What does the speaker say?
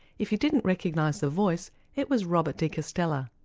if you didn't recognise the voice it was robert de castella.